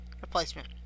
replacement